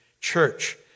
church